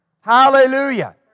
Hallelujah